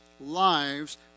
lives